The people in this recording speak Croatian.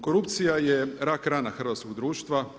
Korupcija je rak rana hrvatskoga društva.